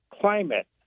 climate